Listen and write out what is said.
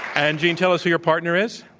and gene, tell us who your partner is.